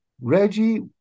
Reggie